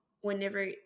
whenever